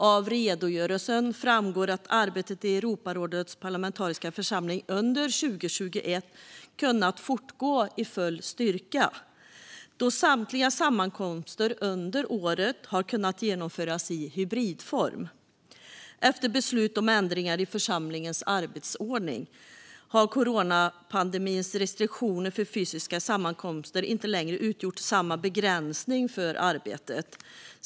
Av redogörelsen framgår att arbetet i Europarådets parlamentariska församling under 2021 kunnat fortgå i full styrka. Då samtliga sammankomster under året har kunnat genomföras i hybridform, efter beslut om ändringar i församlingens arbetsordning, har coronapandemins restriktioner för fysiska sammankomster inte längre utgjort samma begränsning för arbetet.